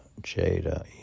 Jada